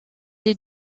les